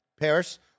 Paris